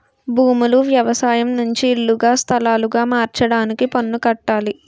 భూములు వ్యవసాయం నుంచి ఇల్లుగా స్థలాలుగా మార్చడానికి పన్ను కట్టాలి